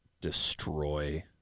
destroy